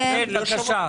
את האמת,